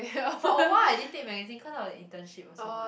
for a while I didn't take magazine cause of the internship also mah